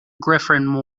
griffin